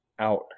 Out